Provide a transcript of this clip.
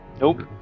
Nope